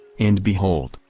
and behold,